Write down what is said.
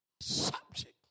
Subject